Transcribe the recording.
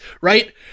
right